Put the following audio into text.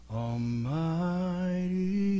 almighty